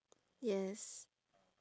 yes